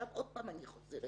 שוב,